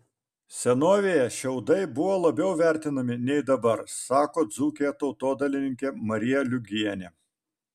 senovėje šiaudai buvo labiau vertinami nei dabar sako dzūkė tautodailininkė marija liugienė